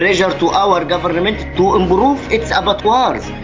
to yeah to our government to improve its um abattoirs.